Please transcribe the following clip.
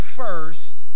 first